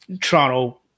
Toronto